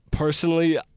Personally